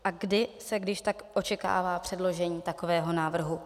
A kdy se kdyžtak očekává předložení takového návrhu?